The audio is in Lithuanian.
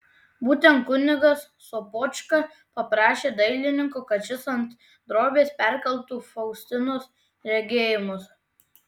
būtent kunigas sopočka paprašė dailininko kad šis ant drobės perkeltų faustinos regėjimus